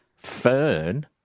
Fern